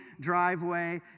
driveway